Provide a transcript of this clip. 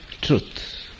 truth